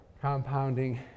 compounding